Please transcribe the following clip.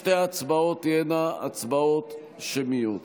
שתי ההצבעות תהיינה הצבעות שמיות.